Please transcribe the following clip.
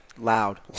Loud